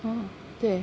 oh 对